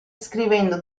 scrivendo